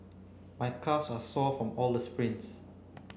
my calves are sore from all the sprints